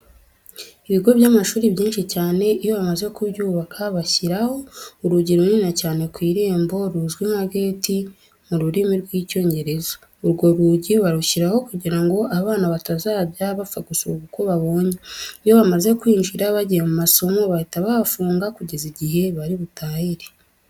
Ibigo by'amashuri byinshi cyane iyo bamaze kubyubaka bashyiraho urugi runini cyane ku irembo ruzwi nka gate mu rurimi rw'Icyongereza. Urwo rugi barushyiraho kugira ngo abana batazajya bapfa gusohoka uko babonye. Iyo bamaze kwinjira bagiye mu masomo bahita bahafunga kugeza igihe bari butahire.